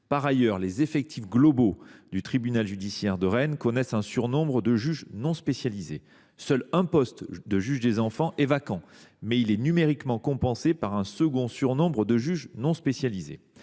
Par ailleurs, les effectifs globaux du tribunal judiciaire de Rennes connaissent un surnombre de juge non spécialisé. Seul un poste de juge des enfants est vacant, mais il est numériquement compensé par un second surnombre de juge non spécialisé.